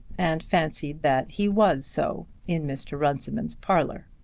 and fancied that he was so in mr. runciman's parlour.